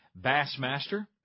Bassmaster